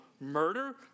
murder